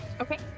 Okay